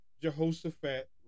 Jehoshaphat